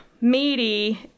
meaty